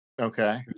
Okay